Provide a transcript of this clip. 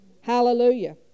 Hallelujah